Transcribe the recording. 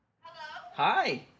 hi